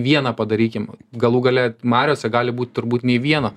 vieną padarykim galų gale mariose gali būt turbūt nei vieno